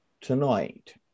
tonight